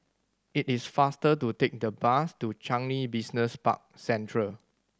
it is faster to take the bus to Changi Business Park Central